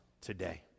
today